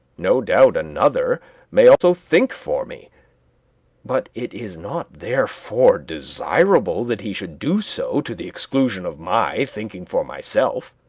no doubt another may also think for me but it is not therefore desirable that he should do so to the exclusion of my thinking for myself.